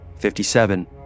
57